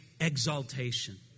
exaltation